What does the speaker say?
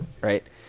Right